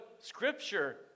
scripture